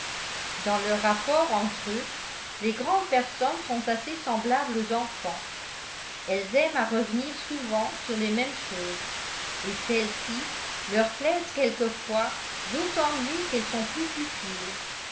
dans leurs rapports entre eux les grandes personnes sont assez semblables aux enfants elles aiment à revenir souvent sur les mêmes choses et celles-ci leur plaisent quelquefois d'autant mieux qu'elles sont plus futiles